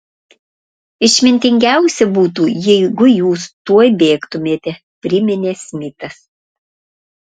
išmintingiausia būtų jeigu jūs tuoj bėgtumėte priminė smitas